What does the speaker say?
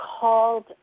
called